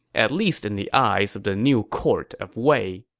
at least in the eyes of the new court of wei.